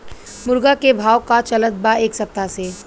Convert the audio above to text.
मुर्गा के भाव का चलत बा एक सप्ताह से?